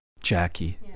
Jackie